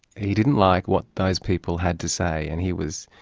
he didn't like what those people had to say, and he was.